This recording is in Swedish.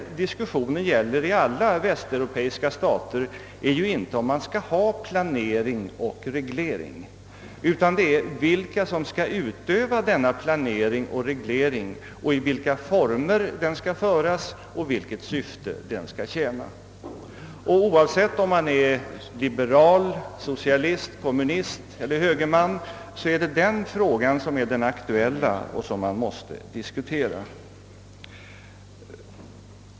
Vad diskussionen nu gäller i alla västeuropeiska stater är ju inte om man skall ha planering och reglering, utan den gäller vilka som skall utöva denna planering och reglering, i vilka former den skall utövas och vilket syfte den skall tjäna, och oavsett om man är liberal, socialist, kommunist eller högerman är det den frågan som är den aktuella och som man måste diskutera.